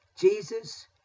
Jesus